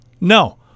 no